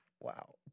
Wow